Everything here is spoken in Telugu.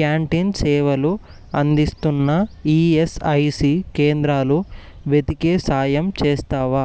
క్యాంటీన్ సేవలు అందిస్తున్న ఈఎస్ఐసీ కేంద్రాలు వెతికే సాయం చేస్తావా